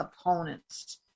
opponents